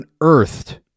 unearthed